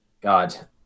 God